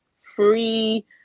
free